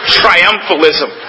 triumphalism